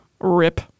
Rip